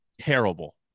terrible